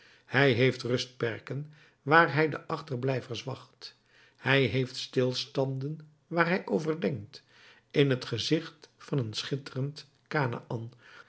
hij heeft rustperken waar hij de achterblijvers wacht hij heeft stilstanden waar hij overdenkt in het gezicht van een schitterend